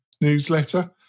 newsletter